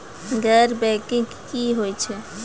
गैर बैंकिंग की होय छै?